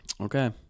Okay